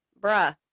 bruh